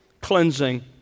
cleansing